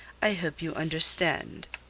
i hope you understand.